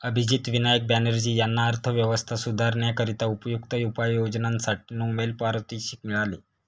अभिजित विनायक बॅनर्जी यांना अर्थव्यवस्था सुधारण्याकरिता उपयुक्त उपाययोजनांसाठी नोबेल पारितोषिक मिळाले